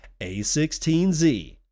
A16Z